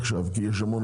זה לא קשור לוועדה,